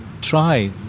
try